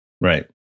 right